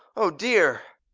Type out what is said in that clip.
oh, dear!